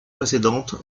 précédentes